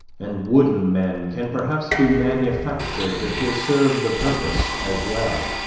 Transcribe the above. and wooden men can perhaps be manufactured that will serve the purpose as well.